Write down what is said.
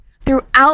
throughout